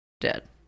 Dead